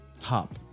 top